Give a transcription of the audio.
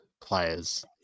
players